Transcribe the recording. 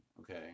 okay